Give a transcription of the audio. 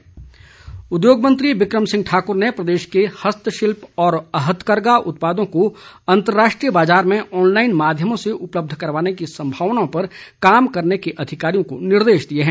बिक्रम उद्योग मंत्री बिकम सिंह ठाकुर ने प्रदेश के हस्तशिल्प और हथकरघा उत्पादों को अंतर्राष्ट्रीय बाजार में ऑनलाईन माध्यमों से उपलब्ध करवाने की संभावानाओं पर कार्य करने के अधिकारियों को निर्देश दिए है